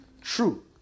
True